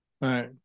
Right